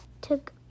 took